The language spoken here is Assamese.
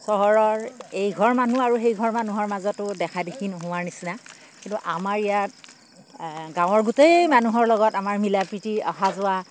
চহৰৰ এইঘৰ মানুহ আৰু সেইঘৰ মানুহৰ মাজতো দেখাদেখি নোহোৱাৰ নিচিনা কিন্তু আমাৰ ইয়াত গাঁৱৰ গোটেই মানুহৰ লগত আমাৰ মিলা প্ৰীতি অহা যোৱা